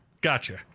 Gotcha